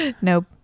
Nope